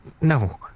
no